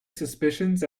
suspicions